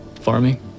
Farming